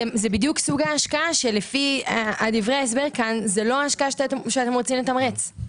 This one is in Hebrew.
זה בדיוק סוג ההשקעה שלפי דברי ההסבר כאן זה לא השקעה שאתם רוצים לתמרץ,